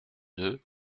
deux